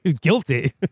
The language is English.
Guilty